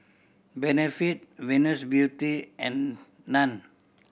Benefit Venus Beauty and Nan